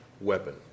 weapon